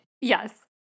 Yes